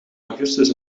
augustus